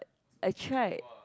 I tried